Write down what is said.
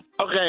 Okay